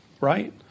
right